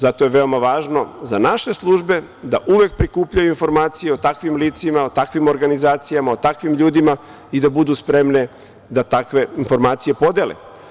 Zato je veoma važno za naše službe da uvek prikupljaju informacije o takvim licima, o takvim organizacijama, o takvim ljudima i da budu spremne da takve informacije podele.